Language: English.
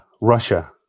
Russia